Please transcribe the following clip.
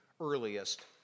earliest